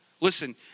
Listen